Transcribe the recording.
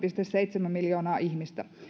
seitsemän miljoonaa ihmistä